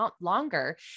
longer